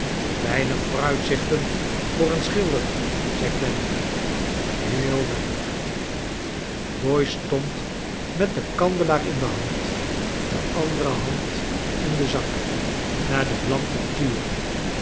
weinig vooruitzichten voor een schilder zei clennam heel weinig doyce stond met den kandelaar in de hand de andere hand in den zak r naar de vlam te turen